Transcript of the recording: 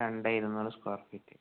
രണ്ടേ ഇരുന്നൂറ് square feet